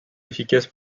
efficace